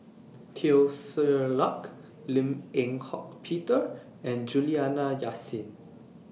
Teo Ser Luck Lim Eng Hock Peter and Juliana Yasin